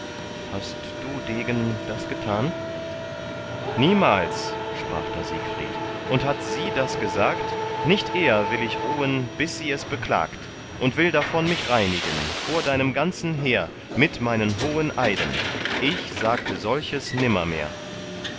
hast du degen das getan niemals sprach da siegfried und hat sie das gesagt nicht eher will ich ruhen bis sie es beklagt und will davon mich reinigen vor deinem ganzen heer mit meinen hohen eiden ich sagte solches